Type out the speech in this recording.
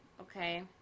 Okay